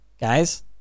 Guys